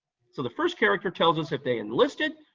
so the first character tells us if they enlisted,